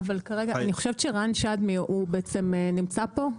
אני חושבת שרן שדמי נמצא פה,